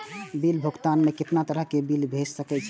Bill भुगतान में कितना तरह के बिल भेज सके छी?